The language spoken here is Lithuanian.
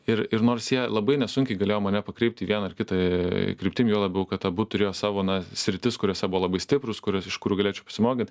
ir ir nors jie labai nesunkiai galėjo mane pakreipti į vieną ar kita kryptim juo labiau kad abu turėjo savo na sritis kuriose buvo labai stiprūs kurias iš kurių galėčiau pasimokyt